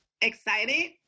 excited